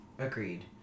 Agreed